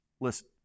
Listen